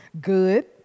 good